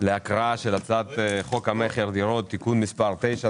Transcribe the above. להקראה של הצעת חוק המכר (דירות) (תיקון מספר 9),